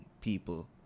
people